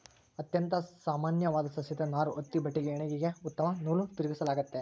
ಅತ್ಯಂತ ಸಾಮಾನ್ಯವಾದ ಸಸ್ಯದ ನಾರು ಹತ್ತಿ ಬಟ್ಟೆಗೆ ಹೆಣಿಗೆಗೆ ಉತ್ತಮ ನೂಲು ತಿರುಗಿಸಲಾಗ್ತತೆ